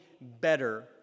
better